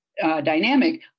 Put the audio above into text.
dynamic